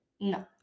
No